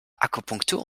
akupunktur